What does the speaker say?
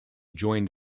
joined